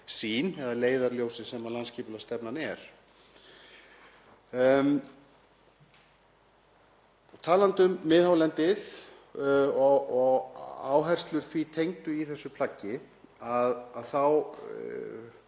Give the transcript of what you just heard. eða leiðarljósi sem landsskipulagsstefnan er. Talandi um miðhálendið og áherslur því tengdu í þessu plaggi þá